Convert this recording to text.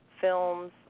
films